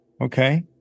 Okay